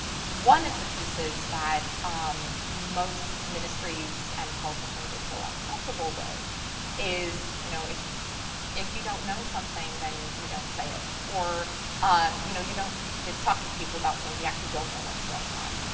one of the pieces that um most ministries and politicians are so uncomfortable with is, you know, if if you don't know something, then you don't say it, or um you know, you don't just talk to people about saying we actually know what's going on.